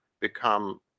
become